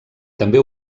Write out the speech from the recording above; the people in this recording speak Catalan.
també